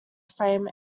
frame